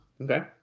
Okay